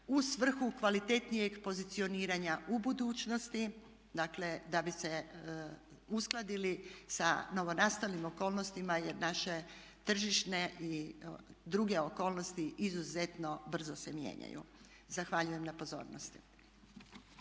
u svrhu kvalitetnijeg pozicioniranja u budućnosti dakle da bi se uskladili sa novonastalim okolnostima jer naše tržišne i druge okolnosti izuzetno brzo se mijenjaju. Zahvaljujem na pozornosti.